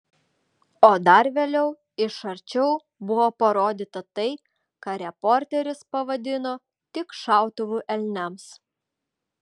o dar vėliau iš arčiau buvo parodyta tai ką reporteris pavadino tik šautuvu elniams